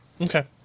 Okay